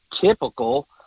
typical